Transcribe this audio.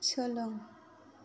सोलों